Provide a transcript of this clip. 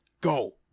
go